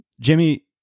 Jimmy